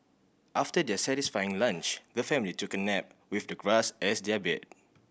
after their satisfying lunch the family took a nap with the grass as their bed